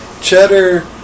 cheddar